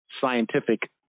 scientific